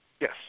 Yes